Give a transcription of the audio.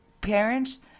Parents